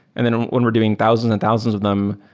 and then when we're doing thousands and thousands of them,